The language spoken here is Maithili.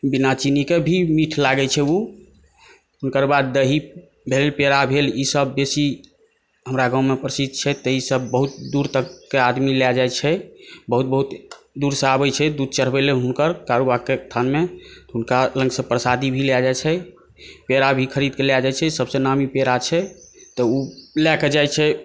बिना चीनीके भी मीठ लागै छै ओ ओकर बाद दही भेल पेड़ा भेल ई सभ बेसी हमरा गाँवमे प्रसिद्ध छथि ई सभ बहुत दूर तकके आदमी लए जाइ छै बहुत बहुत दूरसँ आबै छै दूध चढ़बै लए हुनकर कारुबाबाके स्थानमे हुनका लग सभ प्रसादी भी लऽ जाइ छै पेड़ा भी खरीद कऽ लए जाइ छी सभसँ नामी पेड़ा छै तऽ ओ लए कऽ जाइ छै